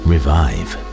Revive